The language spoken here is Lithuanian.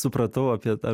supratau apie tą